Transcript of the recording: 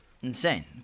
insane